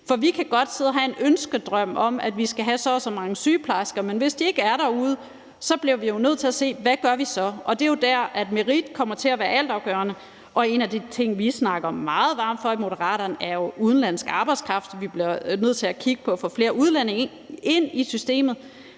For vi kan godt sidde og have en ønskedrøm om, at vi skal have så og så mange sygeplejersker, men hvis de ikke er derude, bliver vi jo nødt til at se på, hvad vi så gør. Det er jo der, hvor merit kommer til at være altafgørende. Og en af de ting, vi snakker meget varmt for i Moderaterne, er jo udenlandsk arbejdskraft. Vi bliver nødt til at kigge på at få flere udlændinge ind i systemet,